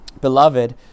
Beloved